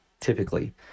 typically